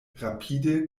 rapide